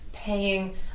paying